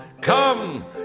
come